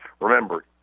Remember